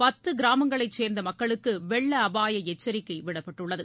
பத்துகிராமங்களைசேர்ந்தமக்களுக்குவெள்ளஅபாயஎச்சரிக்கைவிடப்பட்டுள்ளது